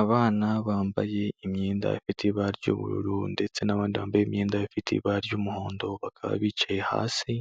Abana bambaye imyenda ifite ibara ry'ubururu ndetse n'abandi bambaye imyenda ifite ibara ry'umuhondo bakaba bicaye hasi,